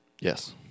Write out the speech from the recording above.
yes